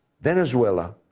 Venezuela